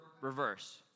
Reverse